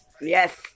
Yes